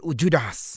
Ujudas